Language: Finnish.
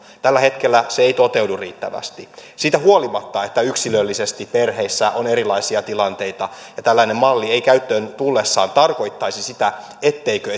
tällä hetkellä se ei toteudu riittävästi siitä huolimatta että yksilöllisesti perheissä on erilaisia tilanteita ja tällainen malli ei käyttöön tullessaan tarkoittaisi sitä etteikö